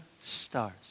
stars